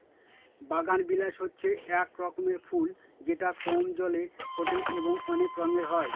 বাগানবিলাস হচ্ছে এক রকমের ফুল যেটা কম জলে ফোটে এবং অনেক রঙের হয়